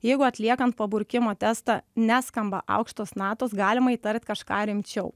jeigu atliekant paburkimo testą neskamba aukštos natos galima įtart kažką rimčiau